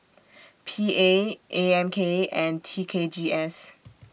P A A M K and T K G S